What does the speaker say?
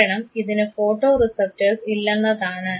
കാരണം ഇതിന് photo receptors ഇല്ലെന്നതാണ്